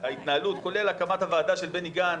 כולל הקמת הוועדה של בני גנץ,